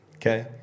Okay